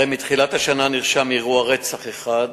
הרי שמתחילת השנה נרשם אירוע רצח אחד